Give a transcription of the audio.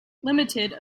limited